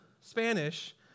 Spanish